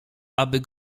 aby